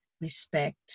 respect